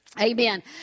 Amen